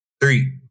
three